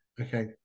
okay